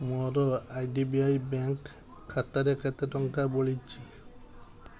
ମୋର I D B I bank ଖାତାରେ କେତେ ଟଙ୍କା ବଳିଛି